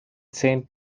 sent